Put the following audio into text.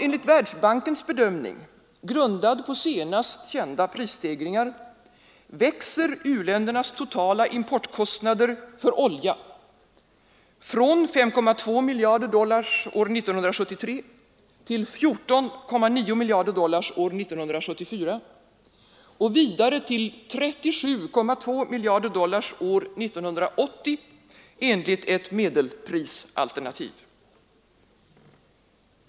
"Enligt Världsbankens bedömning, grundad på senast kända prisstegringar, växer u-ländernas totala importkostnader för olja från 5,2 miljarder dollar år 1973 till 14,9 miljarder dollar år 1974 och vidare till 37,2 miljarder dollar år 1980 enligt ett medelprisalternativ.